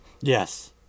Yes